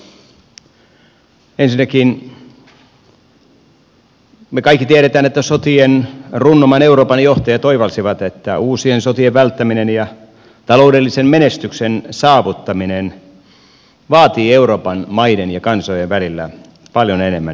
ensinnäkin me kaikki tiedämme että sotien runnoman euroopan johtajat oivalsivat että uusien sotien välttäminen ja taloudellisen menestyksen saavuttaminen vaatii euroopan maiden ja kansojen välillä paljon enemmän yhteistyötä